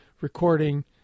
recording